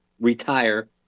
retire